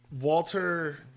Walter